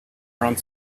around